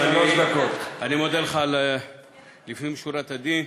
תאפשר דיון דמוקרטי על דבר חריג.